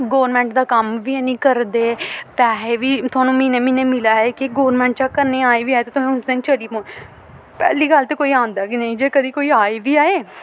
government दा कम्म बी हैनी करदे पैहे बी थुहानूं म्हीने म्हीने मिला ऐ कि गौरमैंट चेक करन आई बी ऐ ते तुसें उस दिन चली पे पैह्ली गल्ल ते कोई आंदा गै नेईं जे कदें कोई आई बी जाए